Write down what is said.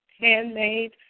handmade